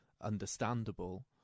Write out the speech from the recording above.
understandable